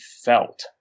felt